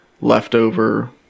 leftover